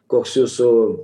koks jūsų